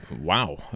wow